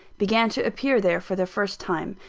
began to appear there for the first time.